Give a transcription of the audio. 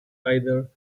either